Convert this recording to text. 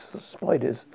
spiders